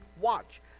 watch